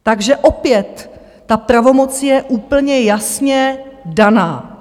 Takže opět ta pravomoc je úplně jasně daná.